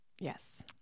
Yes